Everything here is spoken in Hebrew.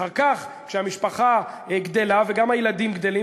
אחר כך כשהמשפחה גדלה וגם הילדים גדלים